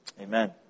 Amen